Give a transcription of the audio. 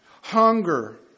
hunger